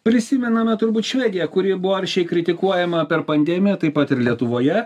prisimename turbūt švediją kuri buvo aršiai kritikuojama per pandemiją taip pat ir lietuvoje